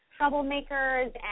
troublemakers